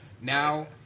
Now